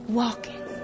walking